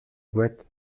boîte